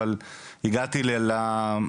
אבל הגעתי למרכז